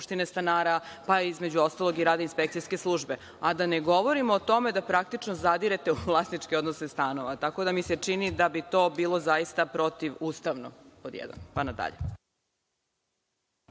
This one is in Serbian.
pa između ostalog i rada inspekcijske službe, a da ne govorimo o tome da praktično zadirete u vlasničke odnose stanova. Čini mi se da bi to bilo zaista protivustavno, pod jedan,